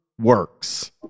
works